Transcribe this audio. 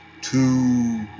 two